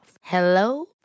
Hello